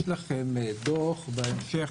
יש לכם דוח בהמשך,